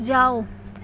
ਜਾਓ